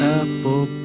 apple